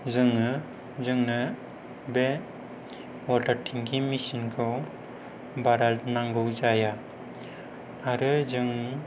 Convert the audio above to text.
जोङो जोंनो बे वाटार टेंकि मेचिनखौ बारा नांगौ जाया आरो जों